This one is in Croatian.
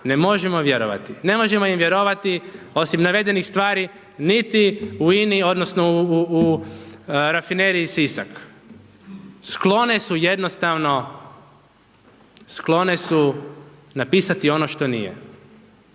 ne možemo im vjerovati osim navedenih stvari niti u INI odnosno u rafineriji Sisak. Sklone su jednostavno, sklone su napisati ono što nije.